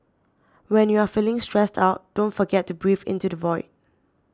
when you are feeling stressed out don't forget to breathe into the void